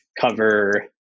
cover